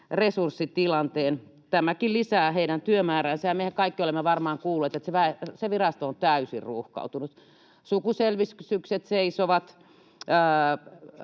resurssitilanteen? Tämäkin lisää heidän työmääräänsä, ja mehän kaikki olemme varmaan kuulleet, että se virasto on täysin ruuhkautunut. Sukuselvitykset seisovat,